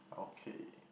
okay